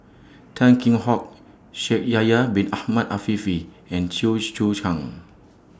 Tan Kheam Hock Shaikh Yahya Bin Ahmed Afifi and Chew Choo Chan